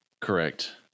Correct